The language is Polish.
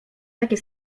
takie